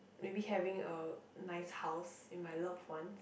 maybe having a nice house with my loved ones